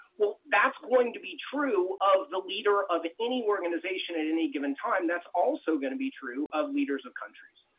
well, that's going to be true of the leader of any organization at any given time. that's also going to be true of leaders of countries.